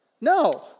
No